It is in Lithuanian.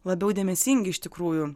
labiau dėmesingi iš tikrųjų